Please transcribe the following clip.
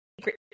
secret